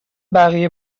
بقیه